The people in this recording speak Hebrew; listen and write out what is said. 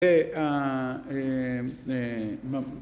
‫אה...